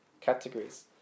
categories